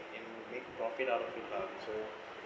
they make profit out of people so